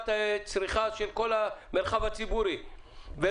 דיברנו עם יושב-ראש רשות הגז והוא הבטיח שהם לא